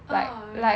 orh really